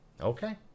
Okay